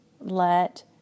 let